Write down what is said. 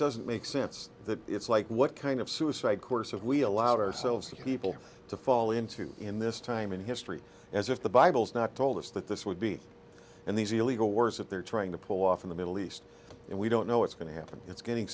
doesn't make sense that it's like what kind of suicide course if we allowed ourselves people to fall into in this time in history as if the bible's not told us that this would be and these illegal wars that they're trying to pull off in the middle east and we don't know what's going to happen it's getting